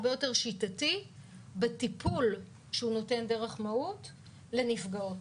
הרבה יותר שיטתי בטיפול שהוא נותן דרך מהו"ת לנפגעות.